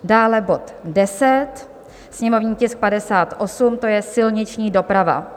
Dále bod 10, sněmovní tisk 58, to je silniční doprava.